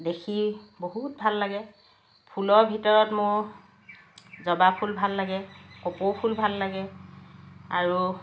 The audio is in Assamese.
দেখি বহুত ভাল লাগে ফুলৰ ভিতৰত মোৰ জবাফুল ভাল লাগে কপৌফুল ভাল লাগে আৰু